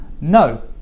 No